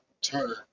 turn